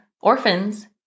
orphans